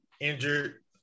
injured